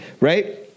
Right